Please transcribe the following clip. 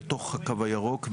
בתוך הקו הירוק,